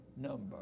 number